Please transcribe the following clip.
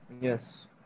Yes